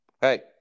Hey